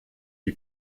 wie